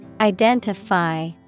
Identify